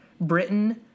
Britain